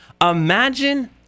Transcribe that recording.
Imagine